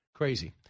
crazy